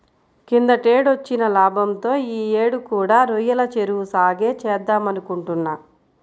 కిందటేడొచ్చిన లాభంతో యీ యేడు కూడా రొయ్యల చెరువు సాగే చేద్దామనుకుంటున్నా